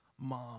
mom